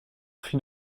fut